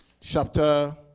chapter